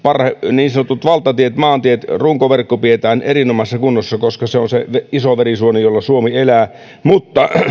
niin sanotut valtatiet maantiet runkoverkko pidetään erinomaisessa kunnossa koska se on se iso verisuonisto jolla suomi elää mutta